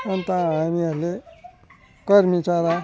अन्त हामीहरूले कर्मी चरा